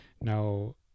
now